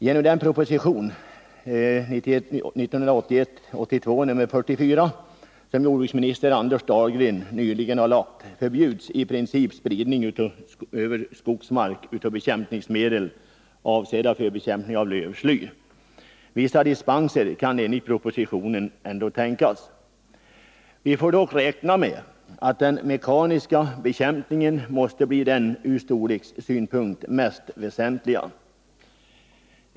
Genom den proposition, 1981/82:44, som jordbruksminister Anders Dahlgren nyligen lagt fram, förbjuds i princip spridning över skogsmark av bekämpningsmedel avsedda för bekämpning av lövsly. Vissa dispenser kan enligt propositionen ändå tänkas. Vi får dock räkna med att den mekaniska bekämpningen måste bli den ur storlekssynpunkt mest väsentliga.